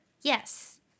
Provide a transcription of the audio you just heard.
Yes